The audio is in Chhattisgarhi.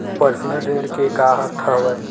पर्सनल ऋण के का अर्थ हवय?